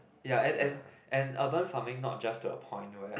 ya and and and urban farming not just the point where